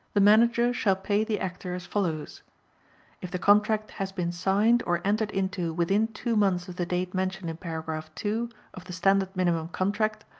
the manager shall pay the actor as follows if the contract has been signed or entered into within two months of the date mentioned in paragraph two of the standard minimum contract,